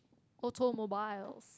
automobiles